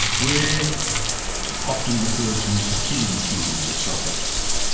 were often referred to as the killing fields of south africa.